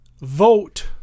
vote